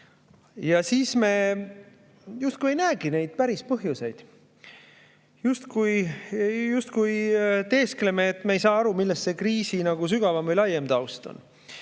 Ja siis me justkui ei näegi neid päris põhjuseid, teeskleme, et me ei saa aru, mis on kriisi sügavam ja laiem taust.